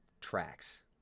tracks